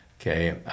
Okay